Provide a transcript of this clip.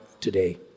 today